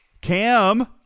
Cam